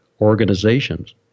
organizations